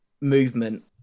movement